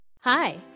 Hi